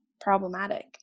problematic